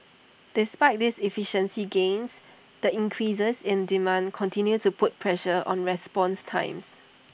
despite these efficiency gains the increases in demand continue to put pressure on response times